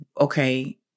Okay